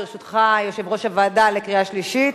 ברשותך, יושב-ראש הוועדה, לקריאה שלישית?